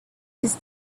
his